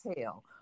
tell